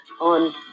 on